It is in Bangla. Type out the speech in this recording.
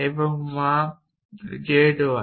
এবং মা z y